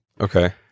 Okay